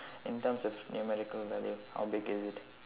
in terms of numerical value how big is it